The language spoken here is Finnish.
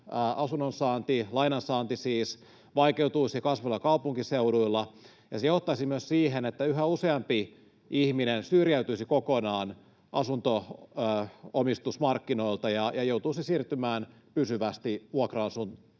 nuorten lainansaanti vaikeutuisi kasvavilla kaupunkiseuduilla, ja se johtaisi myös siihen, että yhä useampi ihminen syrjäytyisi kokonaan asunto-omistusmarkkinoilta ja joutuisi siirtymään pysyvästi vuokra-asuntoasujaksi.